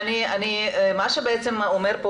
מה שאומר פה